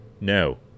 No